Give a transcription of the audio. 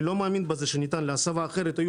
אני לא מאמין בזה שזה ניתן להסבה אחרת היו